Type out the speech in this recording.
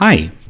Hi